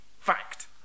Fact